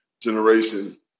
generation